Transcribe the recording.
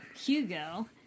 Hugo